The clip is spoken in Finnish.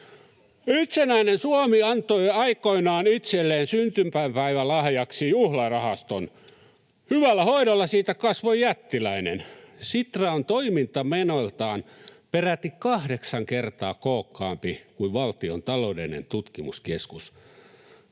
Itsenäinen Suomi antoi aikoinaan itselleen syntymäpäivälahjaksi juhlarahaston. Hyvällä hoidolla siitä kasvoi jättiläinen. Sitra on toimintamenoiltaan peräti kahdeksan kertaa kookkaampi kuin Valtion taloudellinen tutkimuskeskus.